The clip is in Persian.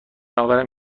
آورم